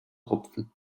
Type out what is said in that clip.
rupfen